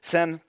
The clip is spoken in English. Sen